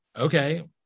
Okay